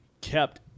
kept